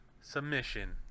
submission